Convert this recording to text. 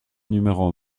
numéro